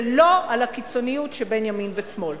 ולא על הקיצוניות שבין ימין ושמאל.